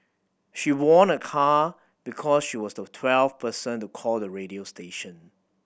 she won a car because she was the twelfth person to call the radio station